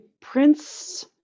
Prince